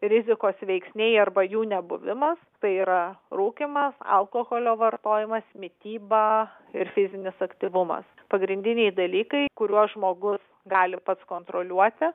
rizikos veiksniai arba jų nebuvimas tai yra rūkymas alkoholio vartojimas mityba ir fizinis aktyvumas pagrindiniai dalykai kuriuos žmogus gali pats kontroliuoti